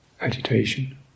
agitation